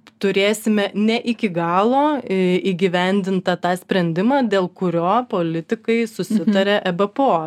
turėsime ne iki galo įgyvendintą tą sprendimą dėl kurio politikai susitaria ebpo